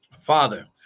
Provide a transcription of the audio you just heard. Father